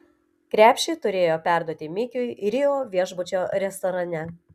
krepšį turėjo perduoti mikiui rio viešbučio restorane